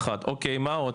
אוקיי, מה עוד?